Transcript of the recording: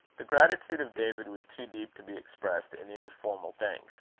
the gratitude of david was too deep to be expressed in any formal thanks.